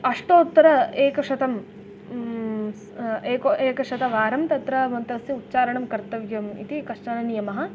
अष्टोत्तरम् एकशतं एक एकशतवारं तत्र मन्त्रस्य उच्चारणं कर्तव्यम् इति कश्चन नियमः